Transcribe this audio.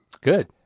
good